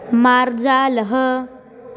मार्जालः